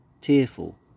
tearful